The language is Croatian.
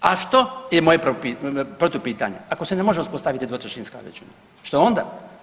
A što je moje protupitanje, ako se ne može uspostaviti dvotrećinska većina što onda?